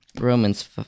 Romans